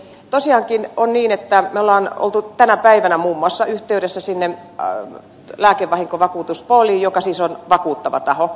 tosiaankin on niin että olemme olleet tänä päivänä muun muassa yhteydessä lääkevahinkovakuutuspooliin joka siis on vakuuttava taho